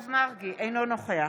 אינו נוכח